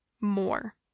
more